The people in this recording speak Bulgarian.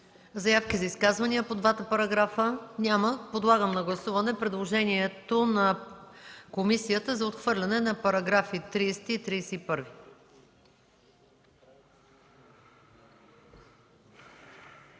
Заявки за изказвания по двата параграфа? Няма. Подлагам на гласуване предложението на комисията за отхвърляне на параграфи 30 и 31.